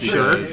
Sure